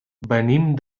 venim